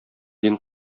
дин